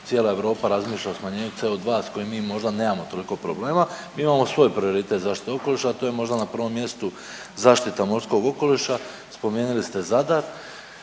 cijela Europa razmišlja o smanjenju CO2 s kojim mi možda nemamo toliko problema, mi imamo svoj prioritet zaštite okoliša, a to je možda na prvom mjestu zaštita morskog okoliša. Spomenuli ste Zadar,